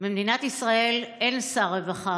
במדינת ישראל אין שר רווחה,